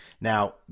Now